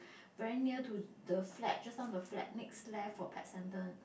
very near to the flag just now the flag next left for pet centre